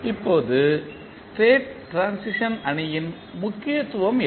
இப்போது state transition அணியின் முக்கியத்துவம் என்ன